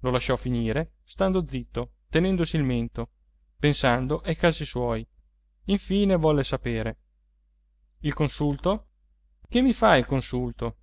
lo lasciò finire stando zitto tenendosi il mento pensando ai casi suoi infine volle sapere il consulto che mi fa il consulto